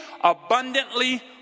abundantly